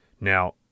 Now